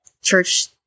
church